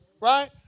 right